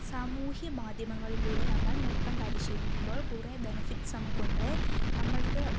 സാമൂഹ്യ മാധ്യമങ്ങളിലൂടെ നമ്മൾ നൃത്തം പരിശീലിക്കുമ്പോൾ കുറേ ബെനിഫിറ്റ്സ് നമുക്കുണ്ട് നമ്മൾക്ക്